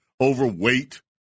overweight